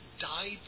died